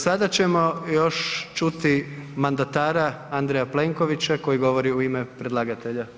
Sada ćemo još čuti mandatara Andreja Plenkovića koji govori u ime predlagatelja.